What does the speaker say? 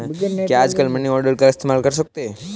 क्या आजकल money order का इस्तेमाल होता है?